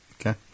Okay